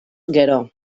gero